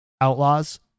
outlaws